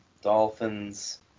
Dolphins